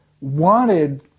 wanted